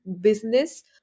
business